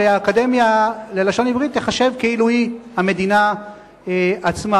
והאקדמיה ללשון העברית תיחשב כאילו היא המדינה עצמה.